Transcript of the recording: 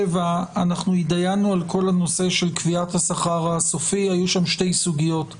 התדיינו על כל הנושא של קביעת השכר הסופי והיו שם שתי סוגיות גדולות.